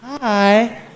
hi